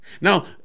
now